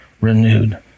renewed